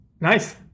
nice